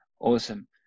Awesome